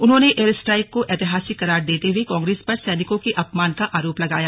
उन्होंने air strike को ऐतिहासिक करार देते हुए कांग्रेस पर सैनिकों के अपमान का आरोप लगाया